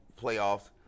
playoffs